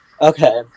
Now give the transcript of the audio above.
Okay